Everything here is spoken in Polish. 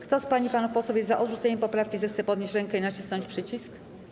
Kto z pań i panów posłów jest za odrzuceniem poprawki, zechce podnieść rękę i nacisnąć przycisk.